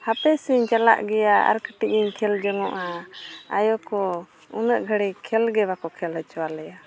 ᱦᱟᱯᱮ ᱥᱮᱧ ᱪᱟᱞᱟᱜ ᱜᱮᱭᱟ ᱟᱨ ᱠᱟᱹᱴᱤᱡ ᱤᱧ ᱠᱷᱮᱹᱞ ᱡᱚᱝᱚᱜᱼᱟ ᱟᱭᱳ ᱠᱚ ᱩᱱᱟᱹᱜ ᱜᱷᱟᱹᱲᱤᱡ ᱠᱷᱮᱹᱞ ᱜᱮ ᱵᱟᱠᱚ ᱠᱷᱮᱹᱞ ᱦᱚᱪᱚ ᱟᱞᱮᱭᱟ